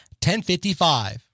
1055